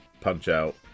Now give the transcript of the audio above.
Punch-Out